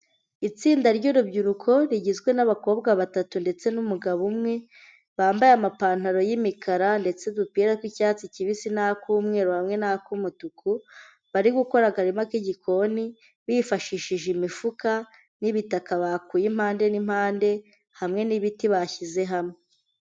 Itsinda ry'rubyiruko rigizwe n'abakobwa batatu ndetse n'umugabo umwe, bambaye amapantaro yimikara ndetse n'udupira tw'icyatsi kibisi n'ak'umweru hamwe n'ak'umutuku bari gukora akarima k'igikoni bifashishije imifuka n'ibitaka bakuye impande n'impande hamwe n'ibiti bashyize hamwe.